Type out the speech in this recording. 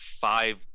five